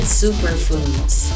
superfoods